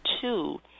two